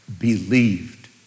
believed